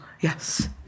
Yes